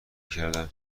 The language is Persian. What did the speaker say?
کردم